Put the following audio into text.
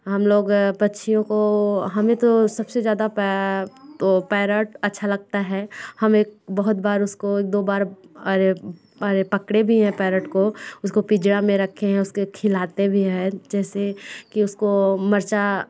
हम लोग पक्षियों को हमें तो सब से ज़्यादा पैरोट अच्छा लगता है हमें बहुत बार उसको दो बार अरे पर पकड़े भी है पैरोट को उसको पिंजराे में रखे हैं उसको खिलाते भी हैं जैसे कि उसको मिर्च